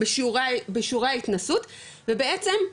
בשיעורי ההתנסות ובעצם,